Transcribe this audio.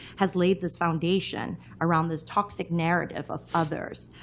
has laid this foundation around this toxic narrative of others,